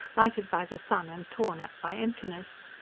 lighted by the sun and torn at by emptiness.